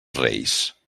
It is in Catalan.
reis